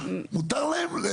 מותר להם לומר.